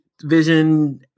vision